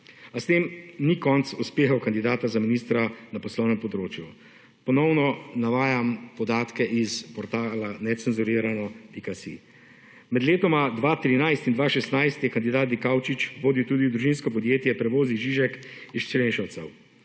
A s tem ni konec uspeha kandidata za ministra na poslovnem področju. Ponovno navajam podatke iz portala necenzurirano.si. Med letom 2013 in 2016 je kandidat Dikaučič vodil tudi družinsko podjetje Prevozi Žižek iz Črenšovcev.